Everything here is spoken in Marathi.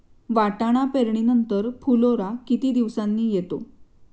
वाटाणा पेरणी नंतर फुलोरा किती दिवसांनी येतो?